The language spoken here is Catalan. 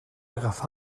agafar